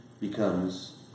becomes